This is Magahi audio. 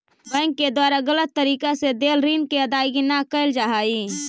बैंक के द्वारा गलत तरीका से देल ऋण के अदायगी न कैल जा हइ